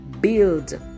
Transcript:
Build